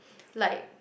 like